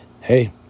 hey